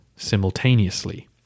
simultaneously